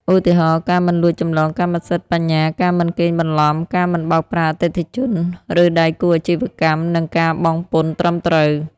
ឧទាហរណ៍ ការមិនលួចចម្លងកម្មសិទ្ធិបញ្ញា ការមិនកេងបន្លំ ការមិនបោកប្រាស់អតិថិជន ឬដៃគូអាជីវកម្ម និងការបង់ពន្ធត្រឹមត្រូវ។